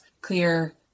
Clear